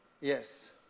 Yes